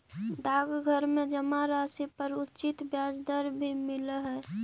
डाकघर में जमा राशि पर उचित ब्याज दर भी मिलऽ हइ